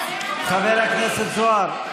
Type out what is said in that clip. חבר הכנסת זוהר,